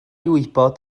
wybod